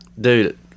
Dude